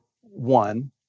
one